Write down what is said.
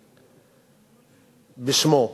בשמו.